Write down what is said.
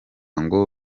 ngo